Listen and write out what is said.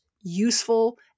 useful